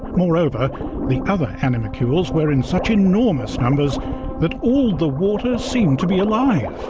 moreover the other animalcules were in such enormous numbers that all the water seemed to be alive.